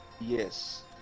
Yes